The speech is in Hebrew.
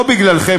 לא בגללכם,